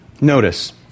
Notice